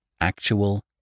actual